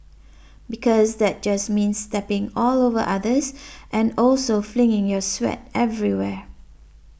because that just means stepping all over others and also flinging your sweat everywhere